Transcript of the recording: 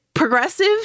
progressive